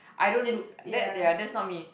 I don't look that's ya that's not me